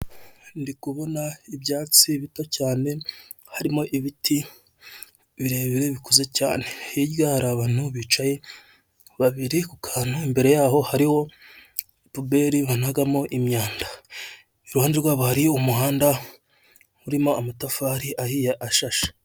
Ndikubona ibyatsi bito cyane harimo ibiti birebire bikuze cyane, hirya hari abantu bicaye babiri ku kantu imbere yaho hariho puberi banagamo imyanda, iruhande rwabo hari umuhanda urimo amatafari ahiye ashashe.